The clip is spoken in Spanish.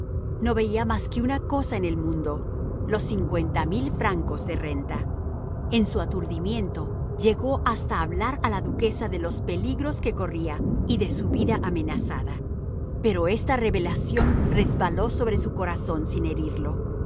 no veía más que una cosa en el mundo los cincuenta mil francos de renta en su aturdimiento llegó hasta a hablar a la duquesa de los peligros que corría y de su vida amenazada pero esta revelación resbaló sobre su corazón sin herirlo